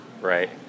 right